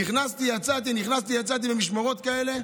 נכנסתי ויצאתי, נכנסתי ויצאתי, במשמרות כאלה.